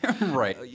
Right